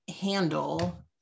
handle